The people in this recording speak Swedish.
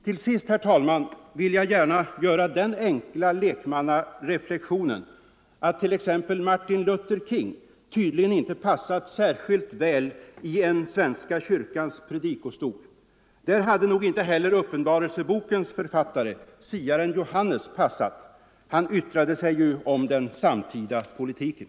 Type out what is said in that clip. Till sist, herr talman, vill jag göra den enkla lekmannareflektionen Om ändrad att t.ex. Martin Luther King tydligen inte passat särskilt väl i en svenska — inkomstoch kyrkans predikostol. Där hade nog inte heller Uppenbarelsebokens för = förmögenhetsprövfattare, siaren Johannes, passat — han yttrade sig ju om den samtida = ning i studiehjälpspolitiken.